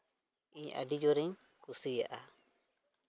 ᱤᱧ ᱟᱹᱰᱤ ᱡᱳᱨᱤᱧ ᱠᱩᱥᱤᱭᱟᱜᱼᱟ